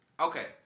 Okay